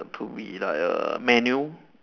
to be like a manual